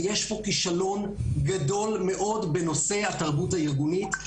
ויש פה כישלון גדול מאוד בנושא התרבות הארגונית.